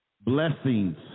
Blessings